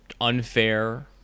unfair